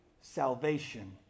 salvation